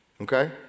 Okay